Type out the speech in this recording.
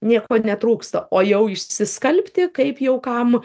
nieko netrūksta o jau išsiskalbti kaip jau kam